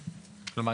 כלומר,